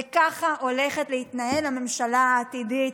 וככה הולכת להתנהל הממשלה העתידית.